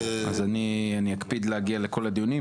אז אני אקפיד להגיע לכל הדיונים.